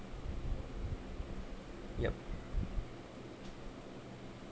yup